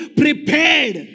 prepared